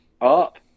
up